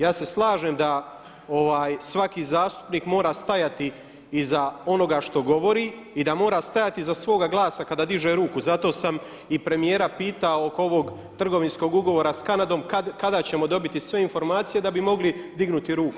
Ja se slažem da svaki zastupnik mora stajati iza onoga što govori i da mora stajati iz svoga glasa kada diže ruku, za to sam i premijera pitao oko ovog trgovinskog ugovora sa Kanadom kada ćemo dobiti sve informacije da bi mogli dignuti ruku.